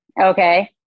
Okay